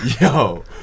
yo